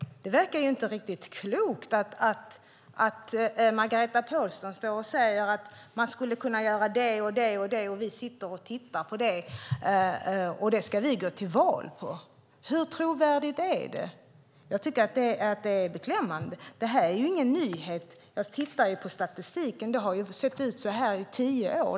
Det verkar inte riktigt klokt när Margareta Pålsson säger att man skulle kunna göra det och det och att man tittar på det och sedan säger att man ska gå till val på det. Hur trovärdigt är det? Jag tycker att det är beklämmande. Den här frågan är ingen nyhet. Jag har tittat på statistiken och det har sett ut så här i tio år.